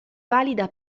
valida